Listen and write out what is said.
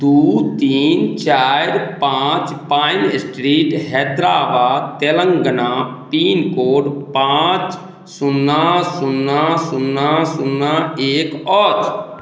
दू तीन चारि पाँच pine street Hyderabad Telangana pincode पाँच सुन्ना सुन्ना सुन्ना सुन्ना एक अछि